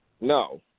No